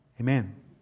Amen